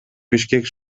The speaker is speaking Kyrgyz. бишкек